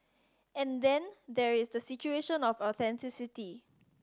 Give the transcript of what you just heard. and then there is the situation of authenticity